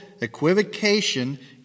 equivocation